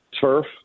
turf